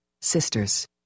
sisters